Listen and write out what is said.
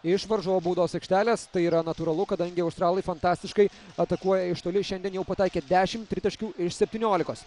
iš varžovų baudos aikštelės tai yra natūralu kadangi australai fantastiškai atakuoja iš toli šiandien jau pataikė dešimt tritaškių iš septyniolikos